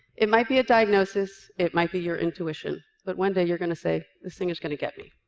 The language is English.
it might be a diagnosis. it might be your intuition. but one day, you're going to say, this thing is going to get me.